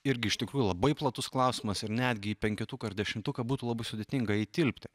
irgi iš tikrųjų labai platus klausimas ir netgi į penketuką ar dešimtuką būtų labai sudėtinga įtilpti